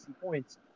points